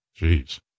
Jeez